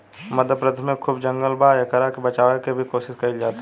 मध्य प्रदेश में भी खूब जंगल बा आ एकरा के बचावे के भी कोशिश कईल जाता